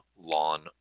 lawn